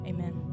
Amen